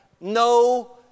no